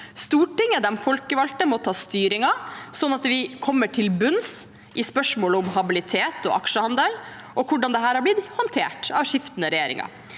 Stortinget, de folkevalgte, må ta styringen, sånn at vi kommer til bunns i spørsmål om habilitet og aksjehandel og hvordan dette har blitt håndtert av skiftende regjeringer.